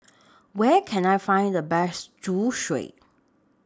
Where Can I Find The Best Zosui